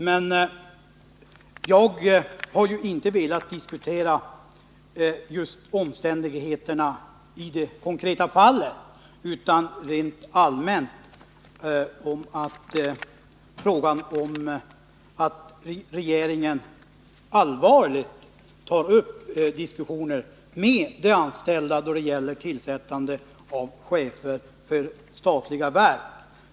Men jag har inte velat diskutera cmständigheterna i det konkreta fallet utan rent allmänt velat framhålla önskvärdheten av att regeringen på allvar inleder diskussioner med de anställda vid tillsättande av chefer för statliga verk.